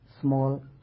small